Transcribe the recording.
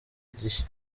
gishya